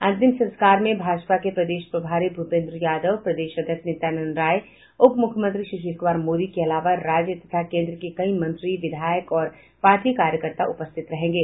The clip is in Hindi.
अंतिम संस्कार में भाजपा के प्रदेश प्रभारी भूपेन्द्र यादव प्रदेश अध्यक्ष नित्यांनद राय उपमुख्यमंत्री सुशील कुमार मोदी के अलावा राज्य तथा केन्द्र के कई मंत्री विधायक और पार्टी कार्यकर्ता उपस्थित रहेंगे